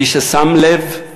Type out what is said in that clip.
מי ששם לב,